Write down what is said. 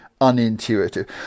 unintuitive